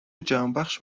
جهانبخش